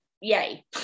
yay